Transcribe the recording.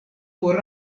por